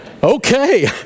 Okay